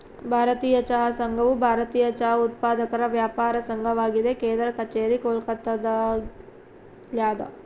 ಭಾರತೀಯ ಚಹಾ ಸಂಘವು ಭಾರತೀಯ ಚಹಾ ಉತ್ಪಾದಕರ ವ್ಯಾಪಾರ ಸಂಘವಾಗಿದೆ ಕೇಂದ್ರ ಕಛೇರಿ ಕೋಲ್ಕತ್ತಾದಲ್ಯಾದ